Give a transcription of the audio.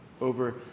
over